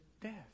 death